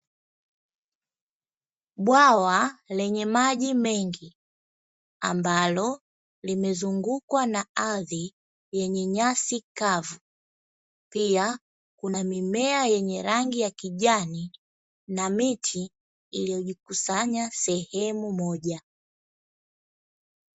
Bwawa lenye maji mengi ambalo limezungukwa na ardhi yenye nyasi kavu, pia kuna mimea yenye rangi ya kijani na miti iliyojikusanya sehemu moja.